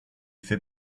fait